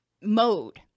mode